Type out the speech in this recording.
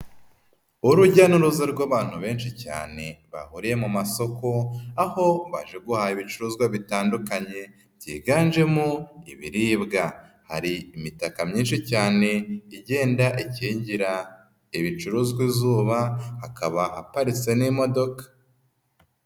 Urujya n'uruza rw'abantu benshi cyane, bahuriye mu masoko, aho bajeha ibicuruzwa bitandukanye, byiganjemo ibiribwa. Hari imitaka myinshi cyane igenda ikingira ibicuruzwa izuba, hakaba haparitse n'imodoka.